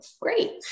Great